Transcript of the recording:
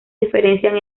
diferencian